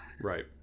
right